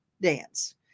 dance